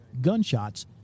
gunshots